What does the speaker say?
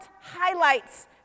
highlights